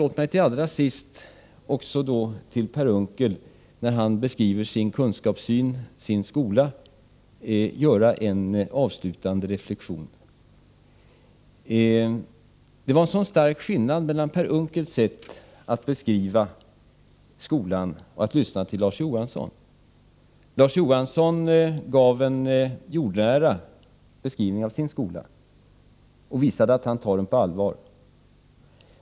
Låt mig också till Per Unckel, när han beskriver sin kunskapssyn, sin skola, göra en avslutande reflexion. Det var stor skillnad mellan att lyssna till Per Unckels beskrivning av skolan och att lyssna till Larz Johanssons anförande. Larz Johansson gav en jordnära beskrivning av sin skola och visade att han tar den på allvar.